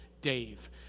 Dave